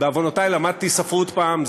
בעוונותי למדתי ספרות פעם,